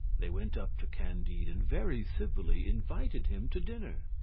they went up to candide and very civilly invited him to dinner.